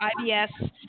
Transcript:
IBS